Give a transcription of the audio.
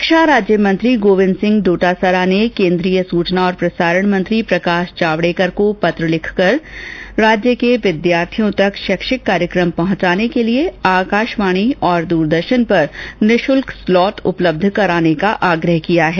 षिक्षा राज्य मंत्री गोविन्द सिंह डोटासरा ने केंद्रीय सूचना और प्रसारण मंत्री प्रकाष जावड़ेकर को पत्र खिलकर राज्य के विद्यार्थियों तक शैक्षिक कार्यक्रम पहुंचाने के लिए आकाषवाणी और दूरदर्षन पर निःषुल्क स्लॉट उपलब्ध कराने का आग्रह किया है